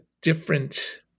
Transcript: different